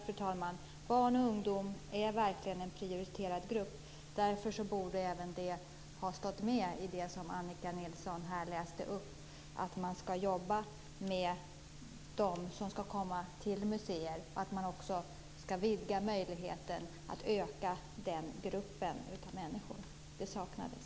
Fru talman! Barn och ungdom är verkligen en prioriterad grupp. Därför borde även den gruppen ha stått med i det som Annika Nilsson här läste upp. Man ska jobba med att få den gruppen att komma till museer. Vi ska också vidga möjligheten att öka den gruppen av människor på museerna. Det saknades.